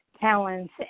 talents